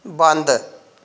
ਬੰਦ